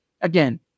again